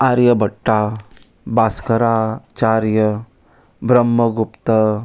Aryabhatta Bhaskaracharya Brahmagupta